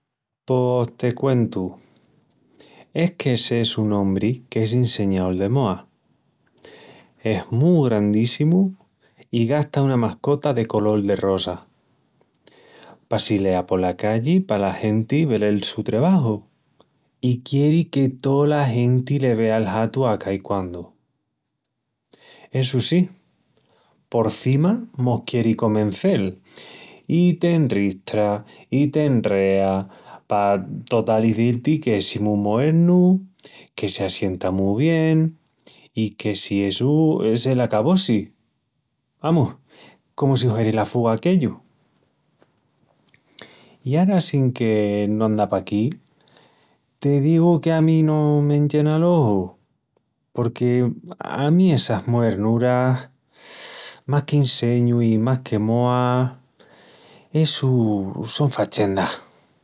Pos te cuentu: es que s'es un ombri que es inseñaol de moa. Es mu grandíssimu i gasta una mascota de colol-de-rosa. Passilea pola calli pala genti vel el su trebaju i quieri que tola genti le vea el hatu a caiquandu. Essu sí, porcima mos quieri convencel i t'enristra i te enrea pa total izil-ti que si mu moernu, que si assienta mu bien i que si essu es el acabossi, amus, comu si hueri la fuga aquellu. I ara assínque no anda paquí te digu que a mí no m'enllena l'oju porque a mí essas moernuras más que inseñu i más que moa... essus son fachendas.